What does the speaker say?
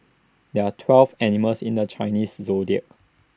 there are twelve animals in the Chinese Zodiac